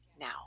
now